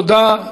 תודה.